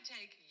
take